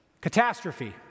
catastrophe